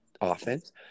offense